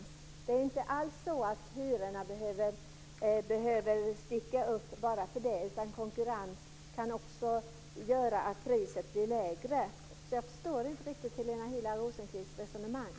Hyrorna behöver inte alls stiga bara på grund av det, utan konkurrens kan också göra att hyrorna blir lägre. Jag förstår inte riktigt Helena Hillar Rosenqvists resonemang.